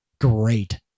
great